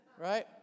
Right